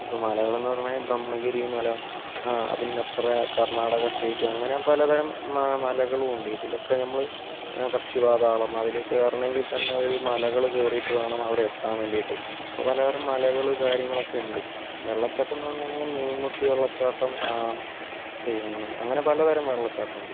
ഇപ്പോൾ മലകളെന്ന് പറഞ്ഞാൽ ബ്രഹ്മഗിരി മല അതിന്നപ്പുറേ കർണാടക സ്റ്റേറ്റ് അങ്ങനെ പല തരം മാ മലകളും ഉണ്ട് ഇതിലൊക്കെ നമ്മൾ പക്ഷിപാതാളം അതിൽ കയറണമെങ്കിൽ തന്നെ ഒരു മലകൾ കയറീട്ട് വേണം അവിടെ എത്താൻ വേണ്ടീട്ട് അപ്പോൾ പല തരം മലകളും കാര്യങ്ങളൊക്കെ ഉണ്ട് വെള്ളച്ചാട്ടംന്ന് പറഞ്ഞ് കഴിഞ്ഞാൽ മീൻമുട്ടി വെള്ളച്ചാട്ടം പിന്നെ അങ്ങനെ പല തരം വെള്ളച്ചാട്ടം ഉണ്ട്